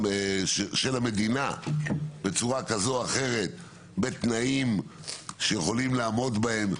של המדינה בצורה כזו או אחרת בתנאים שיכולים לעמוד בהם,